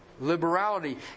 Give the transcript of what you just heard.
Liberality